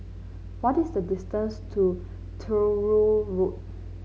what is the distance to Truro Road